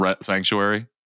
sanctuary